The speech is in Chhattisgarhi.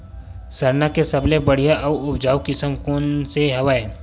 सरना के सबले बढ़िया आऊ उपजाऊ किसम कोन से हवय?